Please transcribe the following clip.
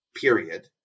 period